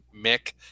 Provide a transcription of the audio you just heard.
Mick